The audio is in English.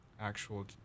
Actual